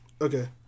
Okay